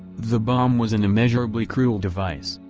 the bomb was an immeasurably cruel device,